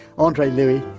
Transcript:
andre louis,